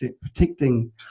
protecting